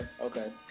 Okay